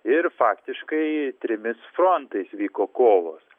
ir faktiškai trimis frontais vyko kovos